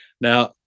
Now